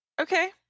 Okay